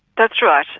that's right.